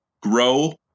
Grow